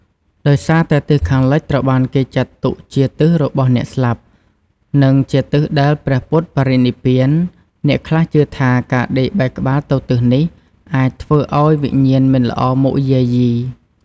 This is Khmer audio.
ដោយសារតែទិសខាងលិចត្រូវបានគេចាត់ទុកជា "ទិសរបស់អ្នកស្លាប់" និងជាទិសដែលព្រះពុទ្ធបរិនិព្វាន អ្នកខ្លះជឿថាការដេកបែរក្បាលទៅទិសនេះអាចធ្វើឱ្យវិញ្ញាណមិនល្អមកយាយី។